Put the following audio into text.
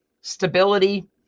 stability